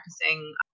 practicing